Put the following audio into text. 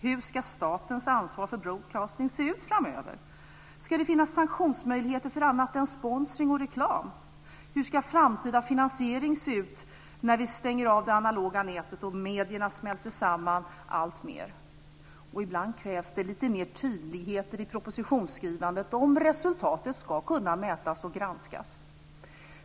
Hur ska statens ansvar för broadcasting se ut framöver? Ska det finnas sanktionsmöjligheter för annat än sponsring och reklam? Hur ska framtida finansiering se ut när vi stänger av det analoga nätet och medierna smälter samman alltmer? Ibland krävs det lite mer tydlighet i propositionsskrivandet om resultatet ska kunna mätas och granskas.